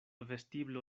vestiblo